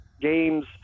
games